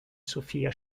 sofia